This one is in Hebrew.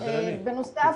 בנוסף,